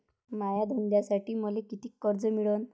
माया धंद्यासाठी मले कितीक कर्ज मिळनं?